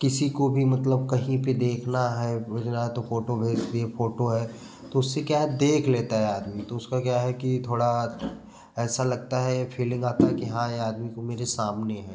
किसी को भी मतलब कहीं पे देखना है भेजना है तो फोटो भेज दिए है फोटो है तो उससे क्या है देख लेता है आदमी तो उसका क्या है कि थोड़ा ऐसा लगता है फीलिंग आता है कि हाँ ये आदमी को मेरे सामने है